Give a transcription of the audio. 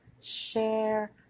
share